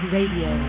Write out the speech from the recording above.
Radio